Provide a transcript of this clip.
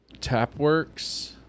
Tapworks